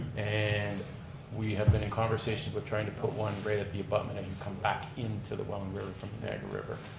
and we have been in conversation for trying to put one right at the abutment as you come back into the welland river from the niagara river.